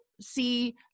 see